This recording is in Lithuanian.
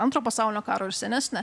antro pasaulinio karo ir senesnė